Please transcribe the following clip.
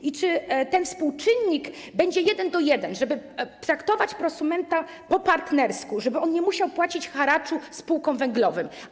I czy ten współczynnik będzie 1:1, tak żeby traktować prosumenta po partnersku, żeby on nie musiał płacić haraczu spółkom węglowym?